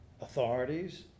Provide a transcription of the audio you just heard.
authorities